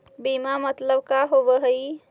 बीमा मतलब का होव हइ?